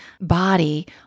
body